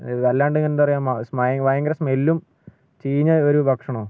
ഇത് വല്ലാണ്ട് ഇങ്ങ് എന്താണ് പറയുക മാ സ്മി ഭയങ്കര സ്മെല്ലും ചീഞ്ഞ ഒരു ഭക്ഷണോം